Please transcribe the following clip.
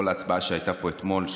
כל ההצבעה שהייתה פה אתמול,